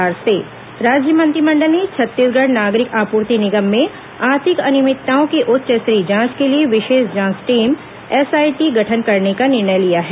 मंत्रिपरिषद निर्णय राज्य मंत्रिमंडल ने छत्तीसगढ़ नागरिक आपूर्ति निगम में आर्थिक अनियमितताओं की उच्च स्तरीय जांच के लिए विशेष जांच टीम एसआईटी गठन करने का निर्णय लिया है